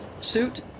suit